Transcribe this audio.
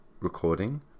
recording